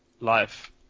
life